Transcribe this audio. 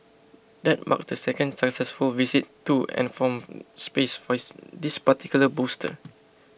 that marks the second successful visit to and from space for this particular booster